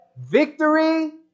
Victory